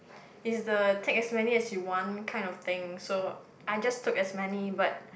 it's the take as many as you want kind of thing so I just took as many but